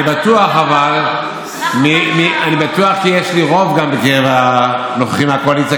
אני בטוח כי יש לי רוב מהנוכחים מהקואליציה,